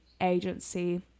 agency